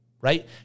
right